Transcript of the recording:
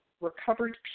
recovered